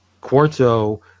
Quarto